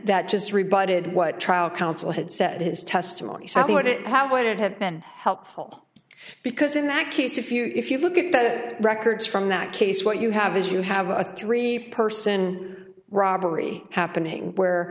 that just rebutted what trial counsel had said his testimony so i thought it how would it have been helpful because in that case if you if you look at the records from that case what you have is you have a three person robbery happening where